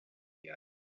idea